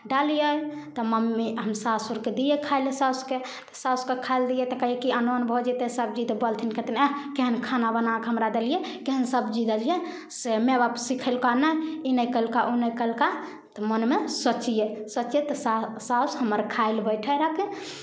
डालियै तऽ मम्मी हम सासुरकेँ दियै खाय लए सासुकेँ सासुकेँ खाय लए दियै तऽ कहियै कि अनोन भऽ जयतै सब्जी तऽ बोलथिन कहथिन आँय केहन खाना बना कऽ हमरा देलियै केहन सब्जी देलियै से माय बाप सिखेलकहु नहि ई नहि कयलकह ओ नहि कयलकह तऽ मोनमे सोचियै सोचैत सासु हमर खाय लए बैठै रहथिन